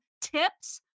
tips